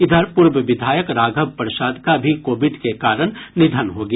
इधर पूर्व विधायक राघव प्रसाद का भी कोविड के कारण निधन हो गया